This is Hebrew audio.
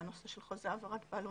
אנחנו